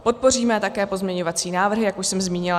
Podpoříme také pozměňovací návrhy, jak už jsem zmínila.